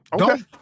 Okay